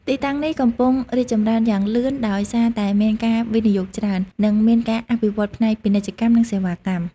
ទីតាំងនេះកំពុងរីកចម្រើនយ៉ាងលឿនដោយសារតែមានការវិនិយោគច្រើន និងមានការអភិវឌ្ឍផ្នែកពាណិជ្ជកម្ម និងសេវាកម្ម។